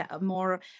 more